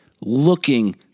looking